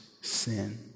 sin